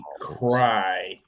cry